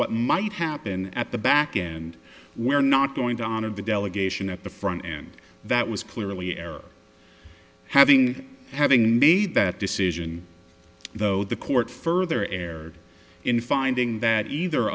what might happen at the backend we're not going to honor the delegation at the front end that was clearly error having having made that decision though the court further erred in finding that either